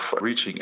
reaching